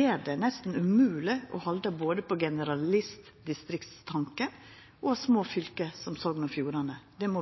gjer det nesten umogleg å halda på både generalist-/distriktstanken og små fylke, som Sogn og Fjordane. Det må